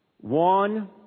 one